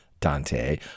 Dante